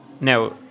now